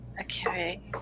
okay